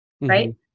right